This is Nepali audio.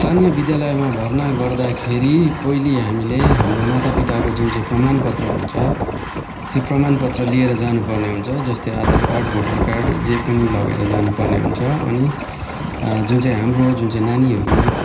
स्थानीय विद्यालयमा भर्ना गर्दाखेरि पहिले हामीले हाम्रो मातापिताको जुन चाहिँ प्रमाण पत्र हुन्छ त्यो प्रमाण पत्र लिएर जानु पर्ने हुन्छ जस्तै आधार कार्ड भोर्टर कार्ड जे पनि लगेर जानु पर्ने हुन्छ अनि जुन चाहिँ हाम्रो जुन चाहिँ नानीहरूको